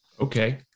Okay